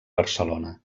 barcelona